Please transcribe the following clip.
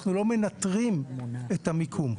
אנחנו לא מנטרים את המיקום.